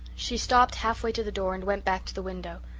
she stopped half-way to the door and went back to the window.